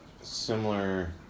similar